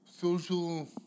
social